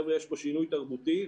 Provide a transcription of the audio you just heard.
יש פה שינוי תרבותי,